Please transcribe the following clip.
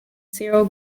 cereal